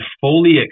fully